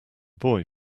boy